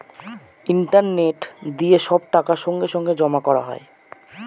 internet দিয়ে সব টাকা সঙ্গে সঙ্গে জমা করা হয়